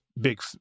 big